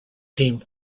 team